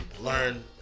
learn